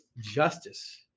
justice